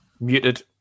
Muted